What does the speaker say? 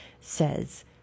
says